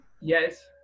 Yes